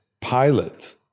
pilot